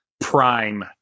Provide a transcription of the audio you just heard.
Prime